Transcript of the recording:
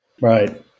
right